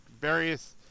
various